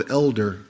elder